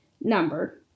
number